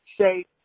say